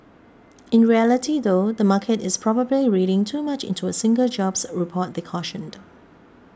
in reality though the market is probably reading too much into a single jobs report they cautioned